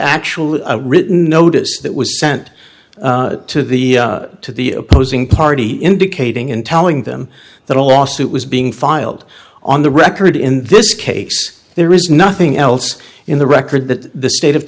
actual a written notice that was sent to the to the opposing party indicating in telling them that a lawsuit was being filed on the record in this case there is nothing else in the record that the state of